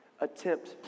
Attempt